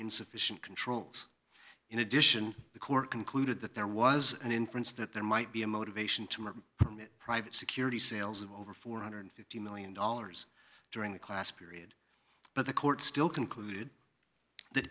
insufficient controls in addition the court concluded that there was an inference that there might be a motivation to more private security sales of over four hundred and fifty million dollars during the class period but the court still concluded that